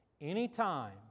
Anytime